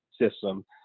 system